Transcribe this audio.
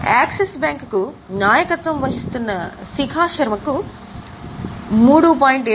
axis బ్యాంక్కు నాయకత్వం వహిస్తున్న శిఖా శర్మ కు 3